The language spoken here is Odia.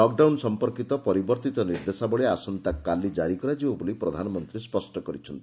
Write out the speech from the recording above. ଲକ୍ଡାଉନ ସମ୍ମର୍କିତ ପରିବର୍ଭିତ ନିର୍ଦ୍ଦେଶାବାଳୀ ଆସନ୍ତାକାଲି ଜାରି କରାଯିବ ବୋଲି ପ୍ରଧାନମନ୍ତୀ ସ୍ୱଷ୍କ କରିଛନ୍ତି